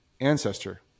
ancestor